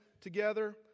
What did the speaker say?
together